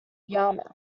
yarmouth